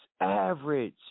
average